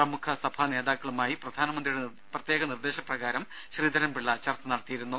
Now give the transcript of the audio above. പ്രമുഖ സഭാ നേതാക്കളുമായി പ്രധാനമന്ത്രിയുടെ പ്രത്യേക നിർദ്ദേശപ്രകാരം ശ്രീധരൻപിള്ള ചർച്ച നടത്തിയിരുന്നു